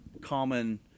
common